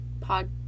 pod